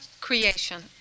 creation